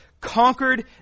conquered